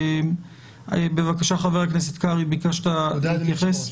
ביקשת להתייחס?